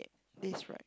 this right